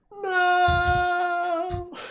No